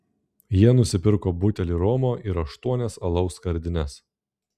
jie nusipirko butelį romo ir aštuonias alaus skardines